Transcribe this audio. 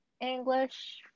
english